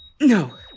No